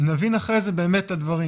נבין אחרי זה את הדברים,